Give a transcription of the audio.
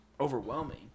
overwhelming